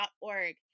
.org